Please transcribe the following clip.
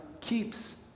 keeps